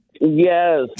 Yes